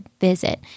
visit